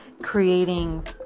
creating